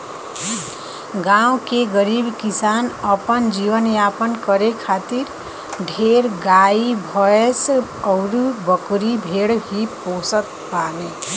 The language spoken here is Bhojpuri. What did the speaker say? गांव के गरीब किसान अपन जीवन यापन करे खातिर ढेर गाई भैस अउरी बकरी भेड़ ही पोसत बाने